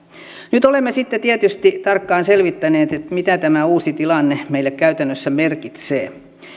nyt olemme sitten tietysti tarkkaan selvittäneet mitä tämä uusi tilanne meille käytännössä merkitsee